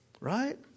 right